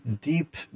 deep